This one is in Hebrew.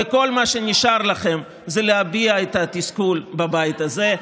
וכל מה שנשאר לכם זה להביע את התסכול בבית הזה.